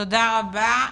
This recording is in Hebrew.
תודה רבה.